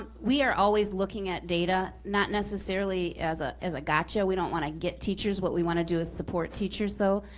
ah we are always looking at data, not necessarily as ah as a gotcha, we don't wanna get teachers. what we wanna do is support teachers though,